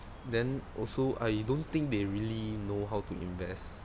then also I don't think they really know how to invest